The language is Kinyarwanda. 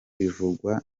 bivugwa